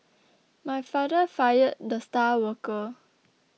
my father fired the star worker